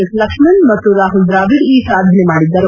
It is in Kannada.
ಎಸ್ ಲಕ್ಷ್ಣ್ ಮತ್ತು ರಾಹುಲ್ ದ್ರಾವಿಡ್ ಈ ಸಾಧನೆ ಮಾಡಿದ್ದಾರೆ